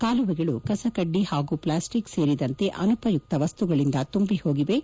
ಕಾಲುವೆಗಳು ಕಸಕಡ್ಡಿ ಹಾಗೂ ಪ್ಲಾಸ್ಟಿಕ್ ಸೇರಿದಂತೆ ಅನುಪಯುಕ್ತ ವಸ್ತುಗಳಿಂದ ತುಂಬಿಹೋಗಿವೆ